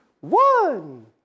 one